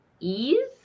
ease